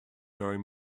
faring